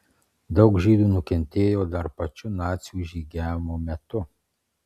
daug žydų nukentėjo dar pačiu nacių žygiavimo metu